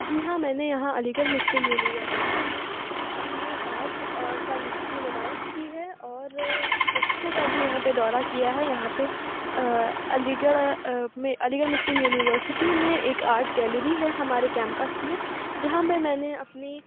جی ہاں میں نے یہاں علی گڑھ مسلم یونیورسٹی میں اپنی آرٹ اور کن کی نمائش کی ہے اور ایکسپو کا بھی یہاں پہ دورہ کیا ہے یہاں پہ آ علی گڑھ میں علی گڑھ مسلم یونیورسٹی میں ایک آرٹ گیلری ہے ہمارے کیمپس میں جہاں میں میں نے اپنی